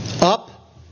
Up